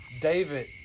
David